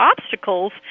obstacles